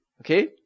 Okay